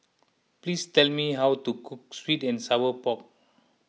please tell me how to cook Sweet and Sour Pork